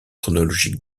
chronologique